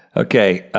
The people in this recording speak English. okay,